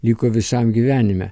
liko visam gyvenime